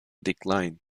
decline